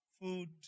food